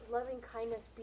Loving-kindness